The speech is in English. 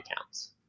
accounts